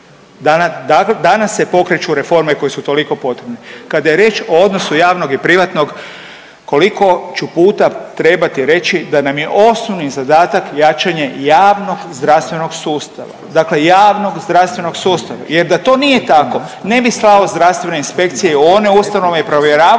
Danas se pokreću reforme koje su toliko potrebne. Kada je riječ o odnosu javnog i privatnog koliko ću puta trebati reći da nam je osnovni zadatak jačanje javnog zdravstvenog sustava, dakle javnog zdravstvenog sustava jer da to nije tako ne bi slao zdravstvene inspekcije u one ustanove i provjeravao